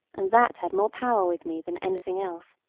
and that had more power with me than anything else,